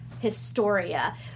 Historia